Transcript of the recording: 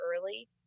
early